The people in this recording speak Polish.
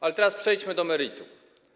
Ale teraz przejdźmy do meritum.